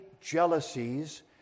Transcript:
jealousies